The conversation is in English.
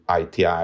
ITI